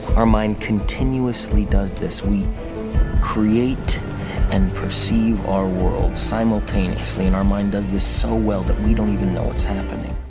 our mind continuously does this. we create and perceive our world simultaneously and our mind does this so well that we don't even know what's happening.